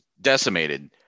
decimated